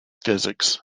physics